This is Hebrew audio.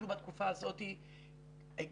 אנחנו בתקופה הזאת הגענו,